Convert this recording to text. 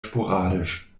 sporadisch